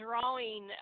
drawing